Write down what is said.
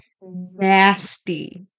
Nasty